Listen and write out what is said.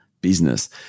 business